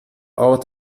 ort